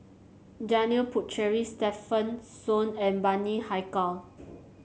Janil Puthucheary Stefanie Sun and Bani Haykal